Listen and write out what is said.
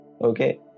okay